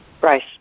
Bryce